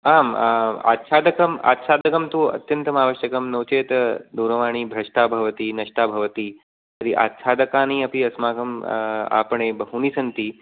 आम् आच्छादकं आच्छादकं तु अत्यन्तं आवश्यकं नो चेत् दूरवाणी भ्रष्टा भवति नष्टा भवति तर्हि आच्छादकानि अपि अस्माकं आपणे बहूनि सन्ति